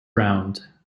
round